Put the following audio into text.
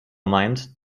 meint